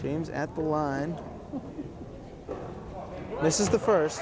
team's at the line this is the first